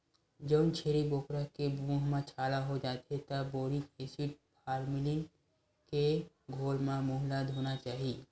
जउन छेरी बोकरा के मूंह म छाला हो जाथे त बोरिक एसिड, फार्मलीन के घोल म मूंह ल धोना चाही